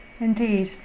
Indeed